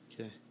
Okay